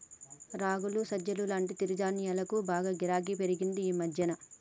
రాగులు, సజ్జలు లాంటి చిరుధాన్యాలకు బాగా గిరాకీ పెరిగింది ఈ మధ్యన